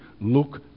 look